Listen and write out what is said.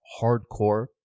hardcore